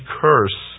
curse